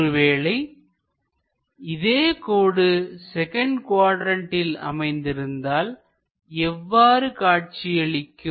ஒருவேளை இதே கோடு செகண்ட் குவாட்ரண்ட்டில் அமைந்திருந்தால் எவ்வாறு காட்சியளிக்கும்